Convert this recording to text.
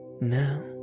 Now